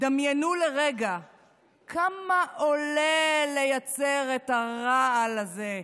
דמיינו לרגע כמה עולה לייצר את הרעל הזה,